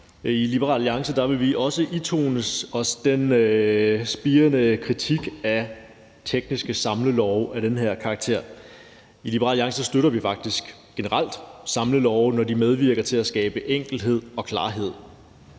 I Liberal Alliance vil vi også istemme den spirende kritik af tekniske samlelove af den her karakter. I Liberal Alliance støtter vi faktisk generelt samlelove, når de medvirker til at skabe enkelhed og klarhed